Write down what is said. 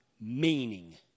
meaning